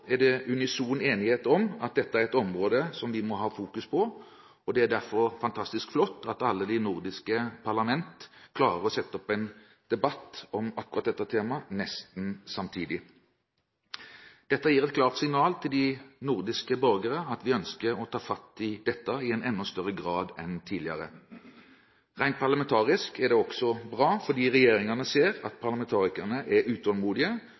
er det unison enighet om at dette er et område som vi må fokusere på, og det er derfor fantastisk flott at alle de nordiske parlamentene klarer å sette opp en debatt om akkurat dette temaet nesten samtidig. Dette gir et klart signal til nordiske borgere om at vi ønsker å ta fatt i dette i enda større grad enn tidligere. Rent parlamentarisk er det også bra fordi regjeringene ser at parlamentarikerne er utålmodige,